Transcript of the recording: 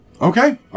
Okay